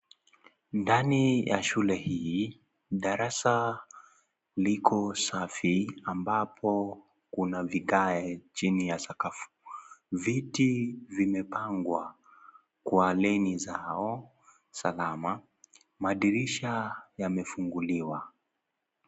Ndani ya shule hii, darasa liko safi ambapo kuna vigae chini ya sakafu. Viti vimepangwa kwa leni zao salama. Madirisha yamefunguliwa.